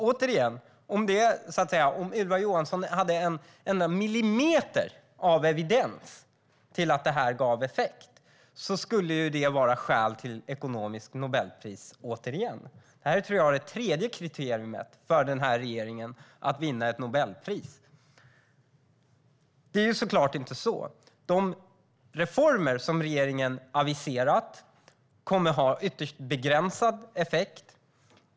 Återigen: Om Ylva Johansson hade en enda millimeter av evidens för att det här gav effekt skulle det vara skäl till ett Nobelpris i ekonomi. Det här tror jag är det tredje kriteriet för ett Nobelpris till den här regeringen. Det är såklart inte så. De reformer som regeringen aviserat kommer att ha ytterst begränsad effekt.